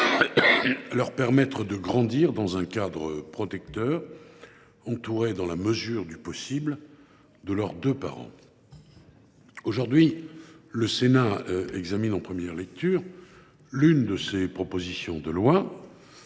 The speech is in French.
leur permettre de grandir dans un cadre protecteur, entourés, dans la mesure du possible, de leurs deux parents. Aujourd’hui, le Sénat examine en première lecture l’une de ces propositions de loi,